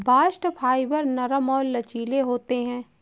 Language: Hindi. बास्ट फाइबर नरम और लचीले होते हैं